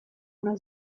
una